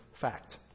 fact